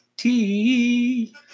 Tea